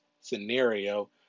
scenario